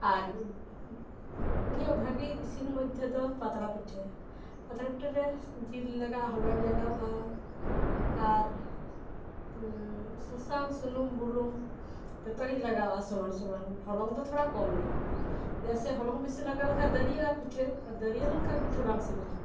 ᱟᱨ ᱤᱧᱟᱹᱜ ᱵᱷᱟᱜᱮ ᱤᱥᱤᱱ ᱢᱚᱫᱽᱫᱷᱮ ᱫᱚ ᱯᱟᱛᱲᱟ ᱯᱤᱴᱷᱟᱹ ᱯᱟᱛᱲᱟ ᱯᱤᱴᱷᱟᱹ ᱨᱮ ᱡᱤᱞ ᱞᱟᱜᱟᱣᱼᱟ ᱦᱚᱞᱚᱝᱤᱧ ᱞᱟᱜᱟᱣᱼᱟ ᱟᱨ ᱥᱟᱥᱟᱝ ᱥᱩᱱᱩᱢ ᱵᱩᱞᱩᱝ ᱡᱚᱛᱚᱜᱤᱧ ᱞᱟᱜᱟᱣᱼᱟ ᱥᱚᱢᱟᱱ ᱥᱚᱢᱟᱱ ᱦᱚᱞᱚᱝ ᱫᱚ ᱛᱷᱚᱲᱟ ᱠᱚᱢ ᱧᱚᱜ ᱪᱮᱫᱟᱜ ᱥᱮ ᱦᱚᱞᱚᱝ ᱵᱮᱥᱤ ᱞᱟᱜᱟᱜᱼᱟ ᱞᱮᱠᱷᱟᱡ ᱫᱟᱹᱨᱭᱟᱹᱜᱼᱟ ᱯᱤᱴᱷᱟᱹ ᱟᱨ ᱫᱟᱹᱨᱭᱟᱹ ᱞᱮᱱᱠᱷᱟᱱ ᱯᱤᱴᱷᱟᱹ ᱵᱟᱝ ᱥᱤᱵᱤᱞᱟ